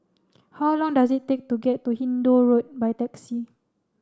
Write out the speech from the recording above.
how long does it take to get to Hindoo Road by taxi